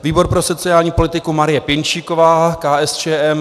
Výbor pro sociální politiku Marie Pěnčíková, KSČM.